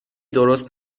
درست